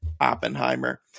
Oppenheimer